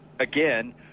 again